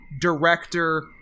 director